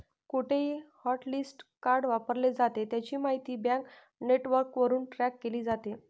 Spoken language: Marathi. कुठेही हॉटलिस्ट कार्ड वापरले जाते, त्याची माहिती बँक नेटवर्कवरून ट्रॅक केली जाते